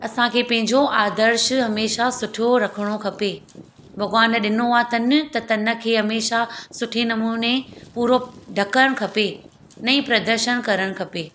असांखे पंहिंजो आदर्शु हमेशह सुठो रखणु खपे भॻवान ॾिनो आहे तनु त तन खे हमेशह सुठे नमूने पूरो ढकणु खपे न ई प्रदर्शन करणु खपे